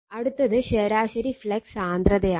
അടുത്തത് ശരാശരി ഫ്ലക്സ് സാന്ദ്രതയാണ്